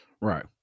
Right